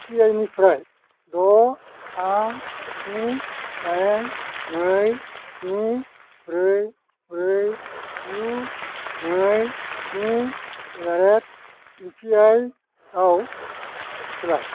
U पि आइ निफ्राय द' थाम स्नि दाइन नै स्नि ब्रै ब्रै गु नै स्नि एदारेथ इउ पि आइ आव सोलाय